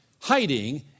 hiding